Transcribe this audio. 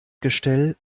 gestell